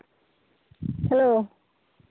hello